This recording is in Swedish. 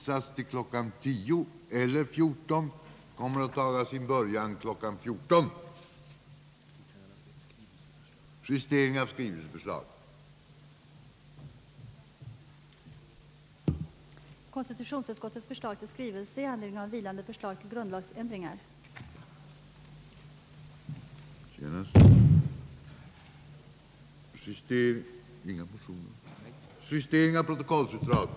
Samtidigt får jag fästa ledamöternas uppmärksamhet på att information om automatisk databehandling kommer att hållas samma dag kl. 14.00 i stora partilokalen.